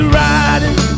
riding